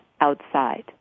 outside